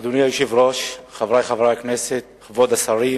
אדוני היושב-ראש, חברי חברי הכנסת, כבוד השרים,